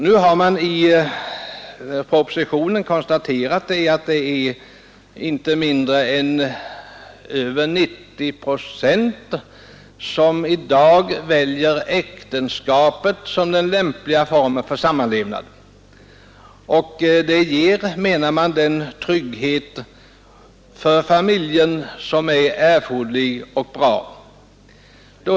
Nu har man i propositionen konstaterat att det är inte mindre än drygt 90 procent som i dag väljer äktenskapet som den fö som är erforderlig. Då är det också betydelsefullt att man gör sådana samlevnad.